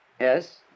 Yes